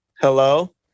Hello